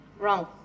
Wrong